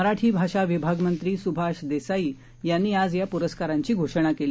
मराठी भाषा विभागमंत्री सुभाष देसाई यांनी आज या पुरस्कारांची घोषणा केली